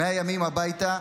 100 ימים הביתה,